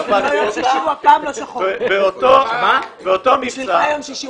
קנו אזרחי ישראל